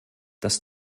das